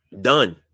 Done